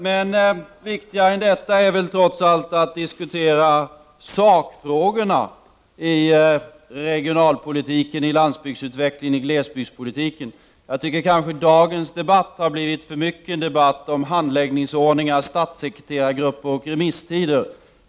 Men viktigare än detta är väl trots allt att diskutera sakfrågorna i regionalpolitiken, i landsbygdsutvecklingen och i glesbygdsutvecklingen. Jag tycker dagens debatt för mycket har blivit en debatt om handläggningsordningar, statssekreterargrupper och remisstider.